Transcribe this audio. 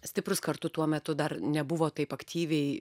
stiprūs kartu tuo metu dar nebuvo taip aktyviai